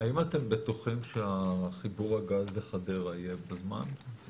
האם אתם בטוחים שחיבור הגז לחדרה יהיה בזמן?